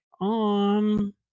on